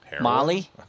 Molly